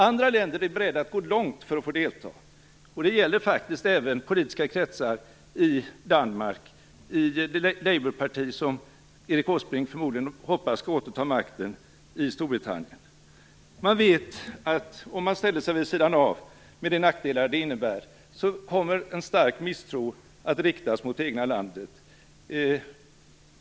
Andra länder är beredda att gå långt för att få delta. Det gäller faktiskt även politiska kretsar i Danmark och i det labourparti som Erik Åsbrink förmodligen hoppas skall återta makten i Storbritannien. Man vet att om man ställer sig vid sidan om, med de nackdelar det innebär, kommer en stark misstro att riktas mot det egna landet.